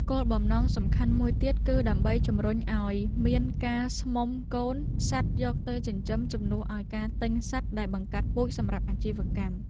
គោលបំណងសំខាន់មួយទៀតគឺដើម្បីជម្រុញឱ្យមានការស្មុំកូនសត្វយកទៅចិញ្ចឹមជំនួសឱ្យការទិញសត្វដែលបង្កាត់ពូជសម្រាប់អាជីវកម្ម។